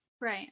Right